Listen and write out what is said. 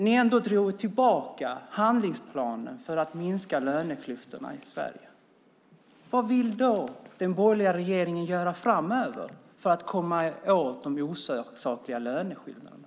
Ni drog tillbaka handlingsplanen om att minska löneklyftorna i Sverige. Vad vill då den borgerliga regeringen göra framöver för att komma åt de osakliga löneskillnaderna?